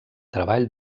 treball